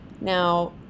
Now